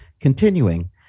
Continuing